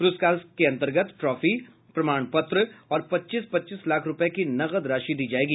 पुरस्कार के अंतर्गत ट्रॉफी प्रमाण पत्र और पच्चीस पच्चीस लाख रुपये की नकद राशि दी जायेगी